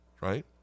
right